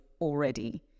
already